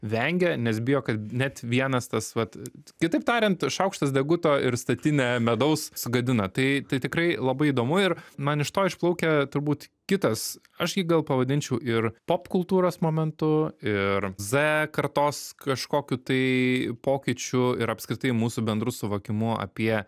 vengia nes bijo kad net vienas tas vat kitaip tariant šaukštas deguto ir statinę medaus sugadina tai tai tikrai labai įdomu ir man iš to išplaukia turbūt kitas aš jį gal pavadinčiau ir popkultūros momentu ir z kartos kažkokiu tai pokyčiu ir apskritai mūsų bendru suvokimu apie